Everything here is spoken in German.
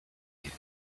wie